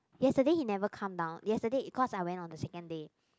yesterday he never come down yesterday because I went on the second day